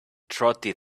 trotted